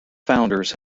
founders